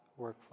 workflow